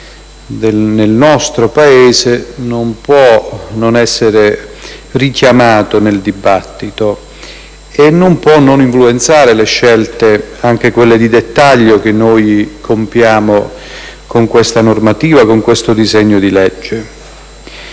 nel nostro Paese non può non essere richiamata nel dibattito e non può non influenzare le scelte, anche quelle di dettaglio, che noi compiamo con questa normativa, con questo disegno di legge.